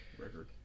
record